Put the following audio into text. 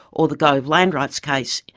or the gove land rights case,